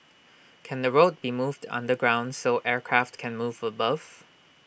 can the road be moved underground so aircraft can move above